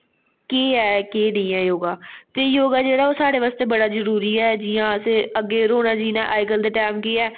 केह् ऐ केह् नेईं ऐ योगा ते योगा जेह्ड़ा ओह् साढ़े आस्तै बड़ा जरुरी ऐ जि'यां असें अग्गें रौंह्ना जि'यां अजकल्ल दे टाइम केह् ऐ